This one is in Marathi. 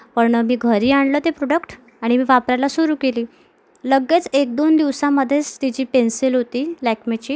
पण मी घरी आणलं ते प्रोडक्ट आणि मी वापरायला सुरू केली लग्गेच एक दोन दिवसामध्येच ती जी पेन्सिल होती लॅक्मेची